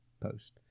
Post